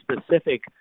specific